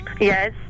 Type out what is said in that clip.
Yes